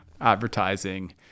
advertising